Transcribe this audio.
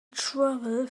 travelled